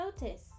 notice